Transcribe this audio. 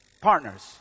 partners